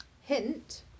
Hint